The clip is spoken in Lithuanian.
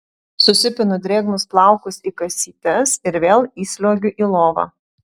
susipinu drėgnus plaukus į kasytes ir vėl įsliuogiu į lovą